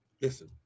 listen